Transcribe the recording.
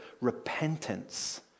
repentance